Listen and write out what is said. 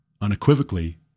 unequivocally